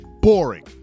boring